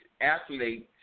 athletes